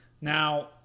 Now